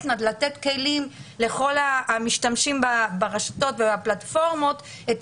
לתת כלים לכל המשתמשים ברשתות ובפלטפורמות ואת